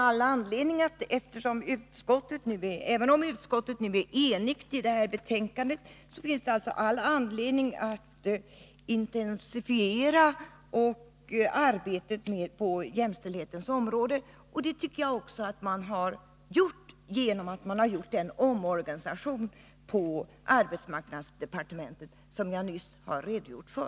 Även om utskottet nu är enigt finns det alltså anledning att intensifiera arbetet på jämställdhetens område. Och det tycker jag också att man gör genom den omorganisation på arbetsmarknadsdepartementet som jag nyss har redogjort för.